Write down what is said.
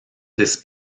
this